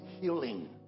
healing